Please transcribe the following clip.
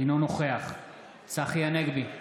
אינו נוכח צחי הנגבי,